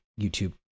YouTube